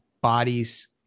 bodies